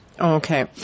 Okay